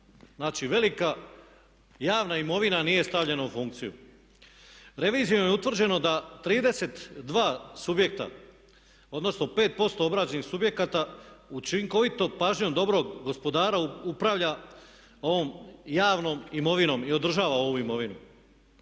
Znači, velika javna imovina nije stavljena u funkciju. Revizijom je utvrđeno da 32 subjekta, odnosno 5% obrađenih subjekata učinkovitom pažnjom dobrog gospodara upravlja ovom javnom imovinom i održava ovu imovinu.